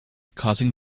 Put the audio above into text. causing